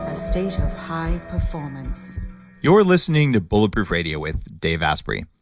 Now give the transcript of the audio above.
a state of high performance you're listening to bulletproof radio with dave asprey.